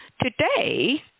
Today